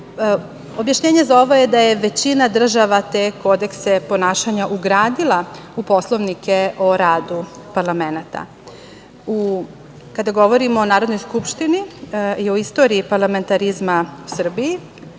Objašnjenje za ovo je da je većina država te kodekse ponašanja ugradila u poslovnike o radu parlamenata. Kada govorimo o Narodnoj skupštini i o istoriji parlamentarizma u Srbiji,